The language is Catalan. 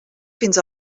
fins